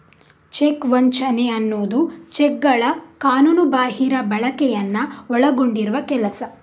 check ವಂಚನೆ ಅನ್ನುದು ಚೆಕ್ಗಳ ಕಾನೂನುಬಾಹಿರ ಬಳಕೆಯನ್ನ ಒಳಗೊಂಡಿರುವ ಕೆಲಸ